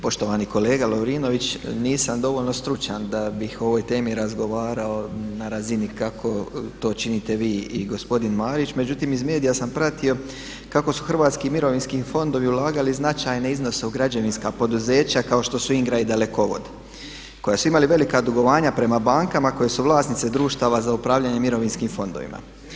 Poštovani kolega Lovrinović nisam dovoljno stručan da bih o ovoj temi razgovarao na razini kako to činite vi i gospodin Marić međutim iz medija sam pratio kako su hrvatski mirovinski fondovi ulagali značajne iznose u građevinska poduzeća kao što su INGRA i Dalekovod koji su imali velika dugovanja prema bankama koje su vlasnice društava za upravljanje mirovinskim fondovima.